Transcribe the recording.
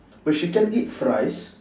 but she can eat rice